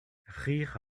rire